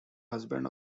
husband